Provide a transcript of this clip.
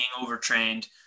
overtrained